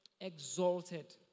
Exalted